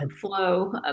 flow